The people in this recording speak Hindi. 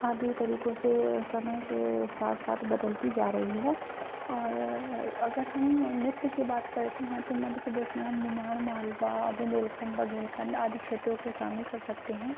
आदि तरीक़ों से समय के साथ साथ बदलता जा रहा है और अगर हम नृत्य की बात करते हैं तो मध्य प्रदेश में हम निमाड़ मालवा बुंदेलखंड बघेलखंड आदि क्षेत्रों को शामिल कर सकते हैं